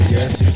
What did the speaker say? Yes